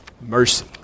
mercy